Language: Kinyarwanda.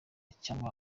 cyangwa